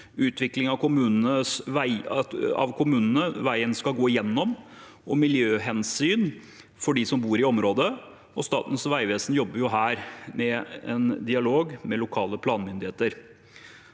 utvikling av kommunene veien skal gå gjennom, og miljøhensyn for dem som bor i området. Statens vegvesen jobber her med en dialog med lokale planmyndigheter.